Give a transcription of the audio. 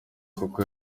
koko